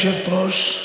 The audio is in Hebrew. גברתי היושבת-ראש,